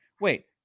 wait